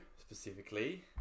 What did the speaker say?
specifically